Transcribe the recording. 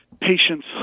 patients